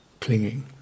clinging